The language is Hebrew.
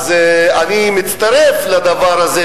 אז אני מצטרף לדבר הזה,